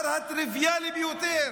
כיוון אחר, שמדבר על הדבר הטריוויאלי ביותר,